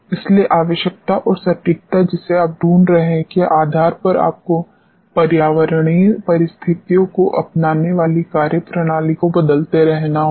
इसलिए आवश्यकता और सटीकता जिसे आप ढूंढ रहे हैं के आधार पर आपको पर्यावरणीय परिस्थितियों को अपनाने वाली कार्यप्रणाली को बदलते रहना होगा